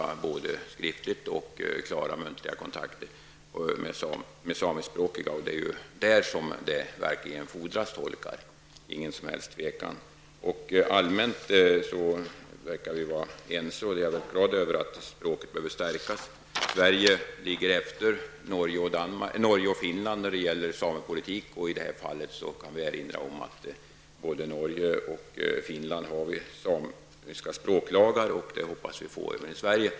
De måste både kunna ordna översättning till samiska och klara muntliga kontakter med samiskspråkiga. Det är där som det fordras tolkar -- det är inget tvivel om det. Allmänt verkar vi vara ense om -- det är jag glad över -- att språket behöver stärkas. Sverige ligger efter Norge och Finland när det gäller samepolitik. I det här fallet kan jag erinra om att både Norge och Finland har samiska språklagar, och det hoppas vi få även i Sverige.